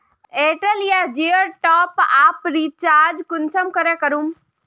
Airtel या जियोर top up recharge कुंसम करे करूम?